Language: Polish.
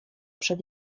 przed